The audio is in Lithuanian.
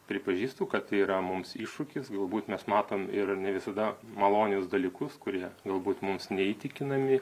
pripažįstu kad yra mums iššūkis galbūt mes matom ir ne visada malonius dalykus kurie galbūt mums neįtikinami